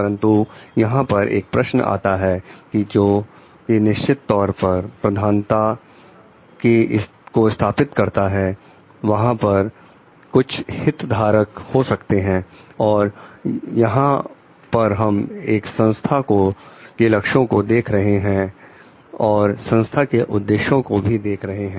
परंतु यहां पर एक प्रश्न आता है जो कि निश्चित तौर पर प्रधानता को स्थापित करता है वहां पर कुछ हित धारक हो सकते हैं और यहां पर हम एक संस्था के लक्ष्यों को देख रहे हैं और संस्था के उद्देश्यों को भी देख रहे हैं